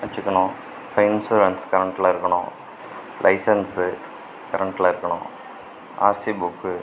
வச்சிக்கணும் இன்சூரன்ஸ் கரெண்ட்டில் இருக்கணும் லைஸென்ஸு கரெண்ட்டில் இருக்கணும் ஆர்சி புக்கு